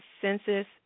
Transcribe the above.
census